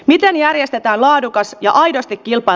miten järjestetään laadukas ja aidosti jopa